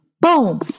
Boom